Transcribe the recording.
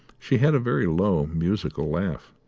she had a very low, musical laugh.